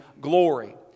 glory